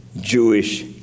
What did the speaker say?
Jewish